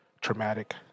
traumatic